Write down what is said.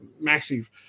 massive